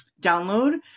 download